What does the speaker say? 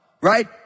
right